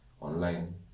online